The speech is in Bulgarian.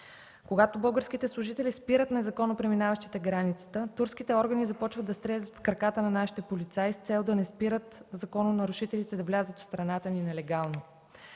когато българските служители спират незаконно преминаващите границата, турските органи започват да стрелят в краката на нашите полицаи с цел да не спират закононарушителите да влязат в страната ни нелегално.